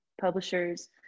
publishers